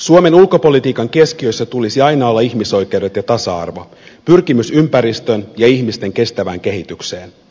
suomen ulkopolitiikan keskiössä tulisi aina olla ihmisoikeudet ja tasa arvo pyrkimys ympäristön ja ihmisten kestävään kehitykseen